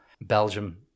Belgium